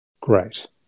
Great